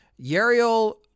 Yariel